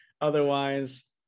otherwise